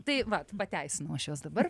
tai vat pateisinau aš juos dabar